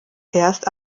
erst